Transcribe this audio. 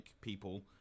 people